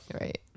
right